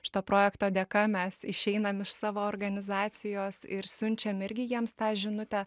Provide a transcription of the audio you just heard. šito projekto dėka mes išeinam iš savo organizacijos ir siunčiam irgi jiems tą žinutę